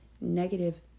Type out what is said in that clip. negative